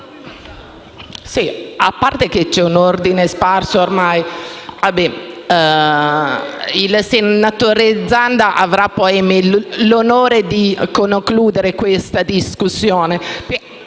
A parte che c'è un ordine sparso ormai, però poi il senatore Zanda avrà l'onore di concludere questa discussione.